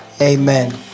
Amen